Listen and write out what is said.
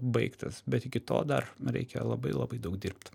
baigtas bet iki to dar reikia labai labai daug dirbt